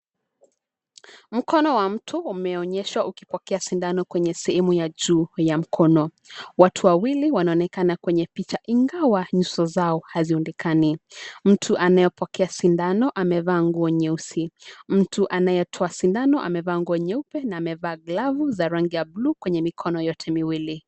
Mkono wa mtu umeonyeshwa ukipokea sindano kwenye sehemu ya juu ya mkono. Watu wawili wanonekana kwenye picha, ingawa nyuso zao hazionekani. Mtu anayepokea sindano amevaa nguo nyeusi, mtu anayetoa sindano amevaa nguo nyeupe na amevaa glavu za rangi ya bluu kwenye mikono yote miwili.